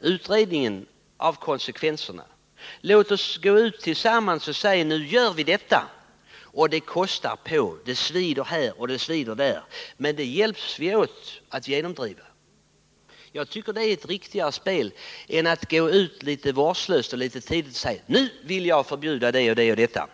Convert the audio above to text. utredningen om konsekvenserna framme, låt oss gå ut tillsammans och säga att vi kanske gör detta, trots att det kostar på och svider här och där. Men vi hjälps åt att genomdriva saken. Jag tycker att detta skulle vara riktigare än att litet vårdslöst och väl tidigt gå ut och säga: Nu vill jag förbjuda det och det.